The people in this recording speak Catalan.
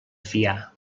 fiar